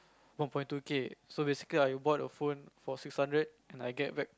one point two K so basically I bought a phone for six hundred and I get back